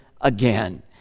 again